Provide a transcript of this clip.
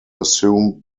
assumed